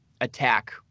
attack